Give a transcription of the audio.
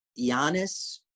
Giannis –